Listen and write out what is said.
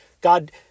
God